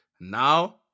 Now